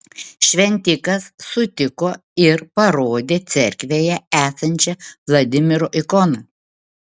šventikas sutiko ir parodė cerkvėje esančią vladimiro ikoną